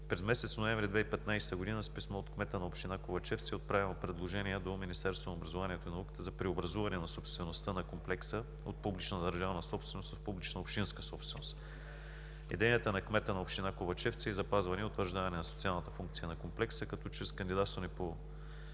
През месец ноември 2015 г. с писмо от кмета на община Ковачевци е отправено предложение до Министерството на образованието и науката за преобразуване на собствеността на комплекса от публична държавна собственост в публична общинска собственост. Идеята на кмета на община Ковачевци е запазване и утвърждаване на социалната функция на комплекса, като чрез кандидатстване по